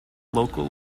local